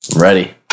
Ready